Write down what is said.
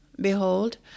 behold